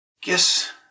Guess